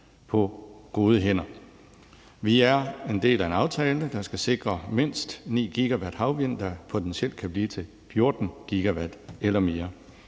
på gode hænder. Vi er en del af en aftale, der skal sikre mindst 9 GW havvind, der potentielt kan blive til 14 GW eller mere.